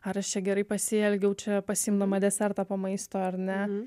ar aš čia gerai pasielgiau čia pasiimdama desertą po maisto ar ne